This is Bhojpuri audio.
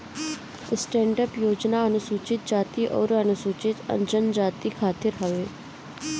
स्टैंडअप योजना अनुसूचित जाती अउरी अनुसूचित जनजाति खातिर हवे